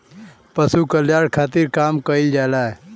पशु कल्याण खातिर काम कइल जाला